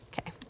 Okay